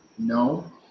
No